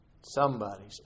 somebody's